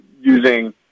using